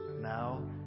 now